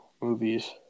movies